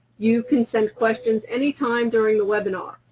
you can send questions any time during the webinar.